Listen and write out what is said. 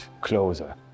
closer